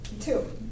two